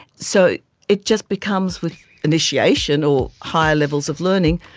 so it just becomes, with initiation or higher levels of learning,